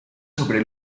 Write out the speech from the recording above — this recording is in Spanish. sobre